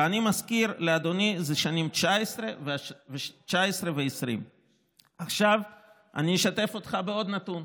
ואני מזכיר לאדוני שזה השנים 2020-2019. אני אשתף אותך בעוד נתון,